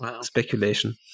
speculation